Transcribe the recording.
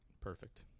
Perfect